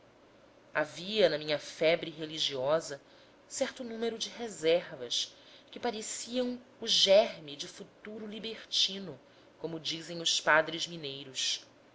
havia na minha febre religiosa certo número de reservas que pareciam o germe de futuro libertino como dizem os padres mineiros